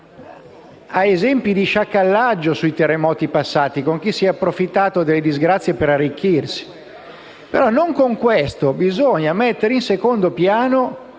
a esempi di sciacallaggio sui terremoti passati, con chi si è approfittato delle disgrazie per arricchirsi, però non per questo bisogna mettere in secondo piano